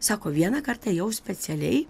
sako vienąkart ėjau specialiai